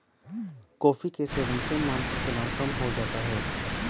coffee के सेवन से मानसिक तनाव कम हो जाता है